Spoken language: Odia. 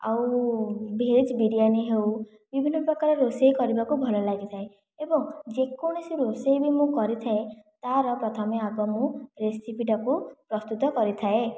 ଆଉ ଭେଜ୍ ବିରିଆନୀ ହେଉ ବିଭିନ୍ନ ପ୍ରକାର ରୋଷେଇ କରିବାକୁ ଭଲ ଲାଗିଥାଏ ଏବଂ ଯେକୌଣସି ବି ରୋଷେଇ ମୁଁ କରିଥାଏ ତା'ର ପ୍ରଥମେ ଆଗ ମୁଁ ରେସିପି ଟାକୁ ଆଗ ପ୍ରସ୍ତୁତ କରିଥାଏ